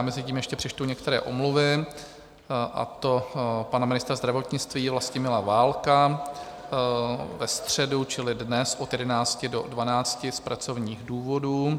Mezitím ještě přečtu některé omluvy, a to pana ministra zdravotnictví Vlastimila Válka ve středu čili dnes od 11 do 12 z pracovních důvodů.